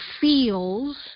feels